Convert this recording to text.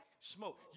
smoke